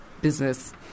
business